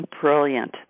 Brilliant